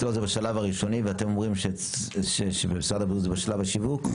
אצלו זה בשלב הראשוני ואתם אומרים שבמשרד הבריאות זה בשלב השיווק?